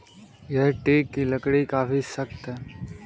यह टीक की लकड़ी काफी सख्त है